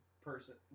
person